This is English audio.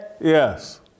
Yes